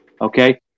Okay